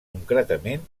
concretament